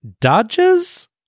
dodges